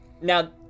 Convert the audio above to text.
Now